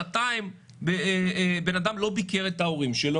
שנתיים בן-אדם לא ביקר את ההורים שלו,